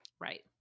Right